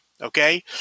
Okay